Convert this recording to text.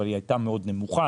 אבל היא הייתה מאוד נמוכה,